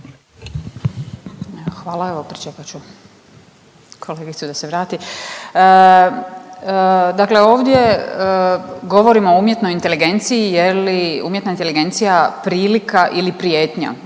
Hvala. Evo pričekat ću kolegicu da se vrati. Dakle ovdje govorimo o umjetnoj inteligenciji, je li umjetna inteligencija prilika ili prijetnja